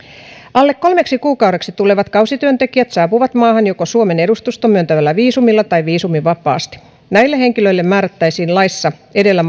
alle kolmeksi kuukaudeksi tulevat kausityöntekijät saapuvat maahan joko suomen edustuston myöntämällä viisumilla tai viisumivapaasti näille henkilöille määrättäisiin edellä